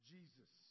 Jesus